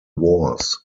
wars